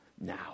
now